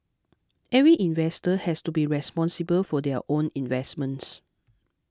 every investor has to be responsible for their own investments